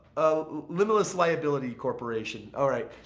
a limitless liability corporation. alright.